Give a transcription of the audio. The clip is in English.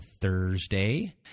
Thursday